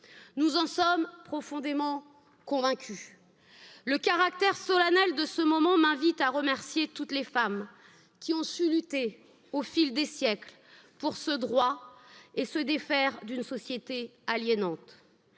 Nous en sommes profondément convaincus. Le caractère solennel de ce moment m'invite à remercier toutes les femmes quii ont su lutter, au fil des siècles, pour ce droit et se défaire d'une société aliénante.